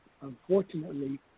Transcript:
unfortunately